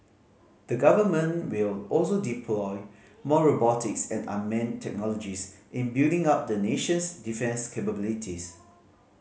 the Government will also deploy more robotics and unmanned technologies in building up the nation's defence capabilities